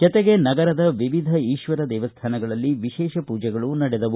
ಜತೆಗೆ ನಗರದ ವಿವಿಧ ಈಶ್ವರ ದೇವಸ್ಥಾನಗಳಲ್ಲಿ ವಿಶೇಷ ಪೂಜೆಗಳು ನಡೆದವು